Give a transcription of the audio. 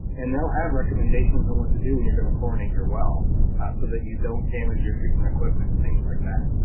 and they'll have recommendations on what to do when you're gonna chlorinate your well so that you don't damage your treatment equipment things like that.